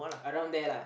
around there lah